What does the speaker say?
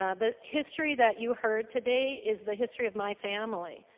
um the history that you heard today is the history of my family.